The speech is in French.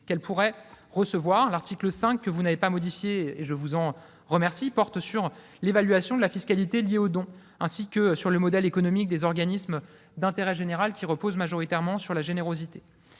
qu'elles pourraient recevoir. L'article 5, que vous n'avez pas modifié- je vous en remercie -, porte sur l'évaluation de la fiscalité liée aux dons ainsi que sur le modèle économique des organismes d'intérêt général, qui repose majoritairement sur la générosité.